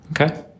Okay